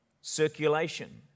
circulation